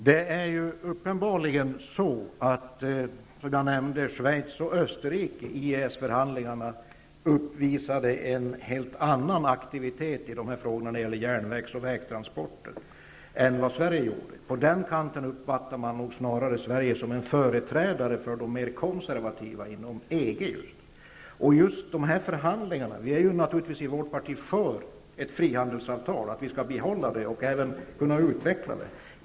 Fru talman! Schweiz och Österrike uppvisade uppenbarligen en helt annan aktivitet under EES förhandlingarna i fråga om järnvägs och vägtransporter än vad Sverige gjorde. I det avseendet uppfattar man nog Sverige snarare som en företrädare för de mer konservativa länderna inom EG. Vi i vårt parti är naturligtvis för att man skall kunna behålla och utveckla frihandelsavtalet.